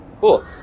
Cool